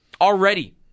Already